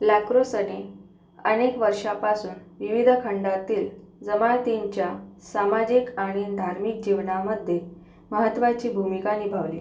लाक्रोसाने अनेक वर्षापासून विविध खंडांतील जमातींच्या सामाजिक आणि धार्मिक जीवनामध्ये महत्त्वाची भूमिका निभावली